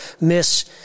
miss